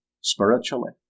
spiritually